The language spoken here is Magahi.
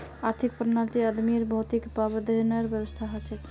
आर्थिक प्रणालीत आदमीर भौतिक प्रावधानेर व्यवस्था हछेक